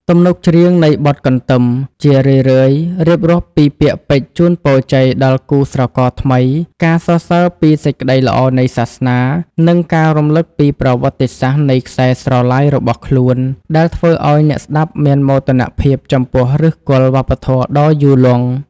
ទំនុកច្រៀងនៃបទកន្ទឹម ជារឿយៗរៀបរាប់ពីពាក្យពេចន៍ជូនពរជ័យដល់គូស្រករថ្មី ការសរសើរពីសេចក្តីល្អនៃសាសនា និងការរំលឹកពីប្រវត្តិសាស្ត្រនៃខ្សែស្រឡាយរបស់ខ្លួន ដែលធ្វើឱ្យអ្នកស្តាប់មានមោទនភាពចំពោះឫសគល់វប្បធម៌ដ៏យូរលង់។